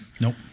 Nope